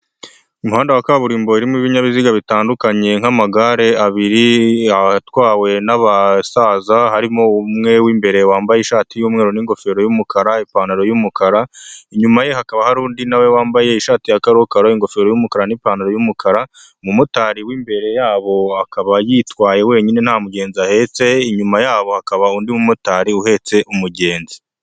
Umuhanda wa kaburimbo urimo ibinyabiziga bitandukanye nk'amagare abiri atwawe n'abasaza harimo umwe w'imbere wambaye ishati y'umweru n'ingofero y'umukara, ipantaro y'umukara, inyuma ye hakaba hari undi nawe wambaye ishati ya makarokaro, ingofero y'umukara n'ipantaro y'umukara, umumotari w'imbere yabo akaba yitwaye wenyine nta mugenzi ahetse, inyuma yabo hakaba undi mumotari uhetse umugenzi.